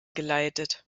geleitet